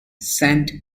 sent